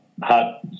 hot